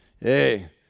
hey